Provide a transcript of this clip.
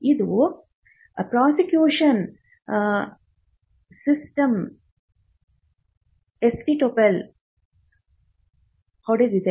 ಇದು prosecution history ಎಸ್ಟೊಪೆಲ್ನಿಂದ ಹೊಡೆದಿದೆ